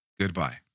goodbye